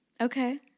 Okay